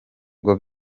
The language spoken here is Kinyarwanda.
ngo